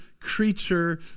creature